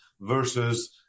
versus